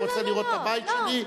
הוא רוצה לראות את הבית שלי,